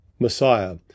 Messiah